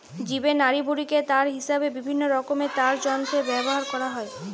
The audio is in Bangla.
জীবের নাড়িভুঁড়িকে তার হিসাবে বিভিন্নরকমের তারযন্ত্রে ব্যাভার কোরা হয়